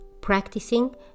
practicing